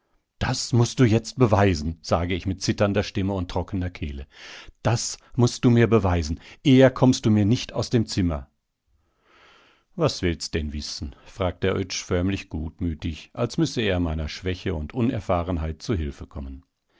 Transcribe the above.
das mußt du jetzt beweisen sage ich mit zitternder stimme und trockener kehle das mußt du mir beweisen eher kommst du mir nicht aus dem zimmer was willst denn wissen fragt der oetsch förmlich gutmütig als müsse er meiner schwäche und unerfahrenheit zu hilfe kommen